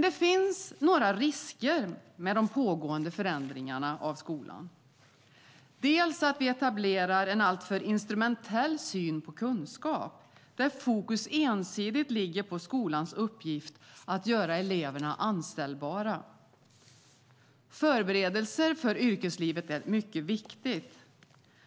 Det finns dock några risker med de pågående förändringarna av skolan, bland annat att vi etablerar en alltför instrumentell syn på kunskap där fokus ensidigt ligger på skolans uppgift att göra elever anställningsbara. Förberedelse för yrkeslivet är mycket viktigt,